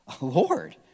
Lord